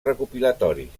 recopilatoris